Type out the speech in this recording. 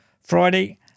Friday